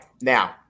Now